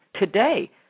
today